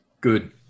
Good